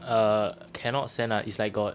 err cannot send la it's like got